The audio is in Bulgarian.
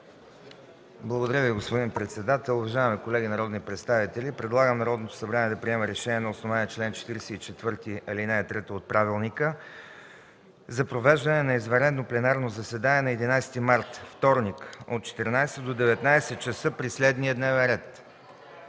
Благодаря Ви, господин председател. Уважаеми колеги народни представители, предлагам Народното събрание да приеме решение на основание чл. 44, ал. 3 от правилника за провеждане на извънредно пленарно заседание на 11 март 2014 г., вторник, от 14,00 ч. до 19,00 ч. при следния дневен ред: